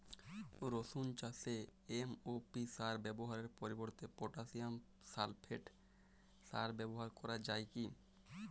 রসুন চাষে এম.ও.পি সার ব্যবহারের পরিবর্তে পটাসিয়াম সালফেট সার ব্যাবহার করা যায় কি?